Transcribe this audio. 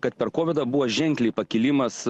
kad per kovą buvo ženkliai pakilimas